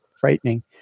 frightening